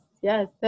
Yes